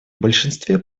большинстве